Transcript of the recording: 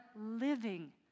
living